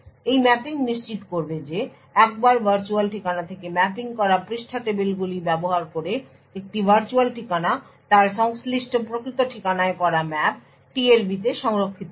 এই ম্যাপিং নিশ্চিত করবে যে একবার ভার্চুয়াল ঠিকানা থেকে ম্যাপিং করা পৃষ্ঠা টেবিলগুলি ব্যবহার করে একটি ভার্চুয়াল ঠিকানা তার সংশ্লিষ্ট প্রকৃত ঠিকানায় করা ম্যাপ TLB তে সংরক্ষিত হয়